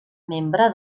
membre